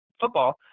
football